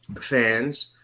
fans